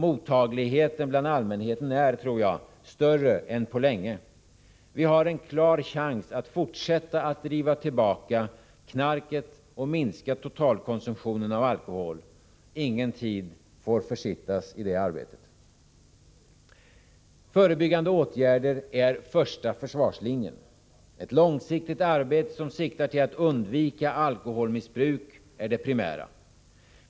Mottagligheten bland allmänheten är, tror jag, större än på länge. Vi har en klar chans att fortsätta att driva tillbaka knarket och minska totalkonsumtionen av alkohol. Ingen tid får försittas i det arbetet. Förebyggande åtgärder är första försvarslinjen. Ett långsiktigt arbete som siktar till att undvika alkoholmissbruk är det primära.